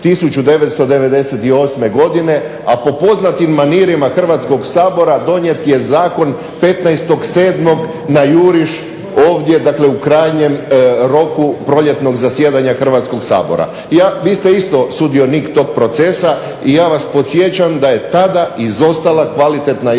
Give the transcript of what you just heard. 1998. godine, a po poznatim manirima Hrvatskog sabora donijet je zakon 15.7. na juriš ovdje dakle u krajnjem roku proljetnog zasjedanja Hrvatskog sabora. Ja, vi ste isto sudionik tog procesa, i ja vas podsjećam da je tada izostala kvalitetna javna